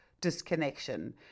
disconnection